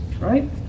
Right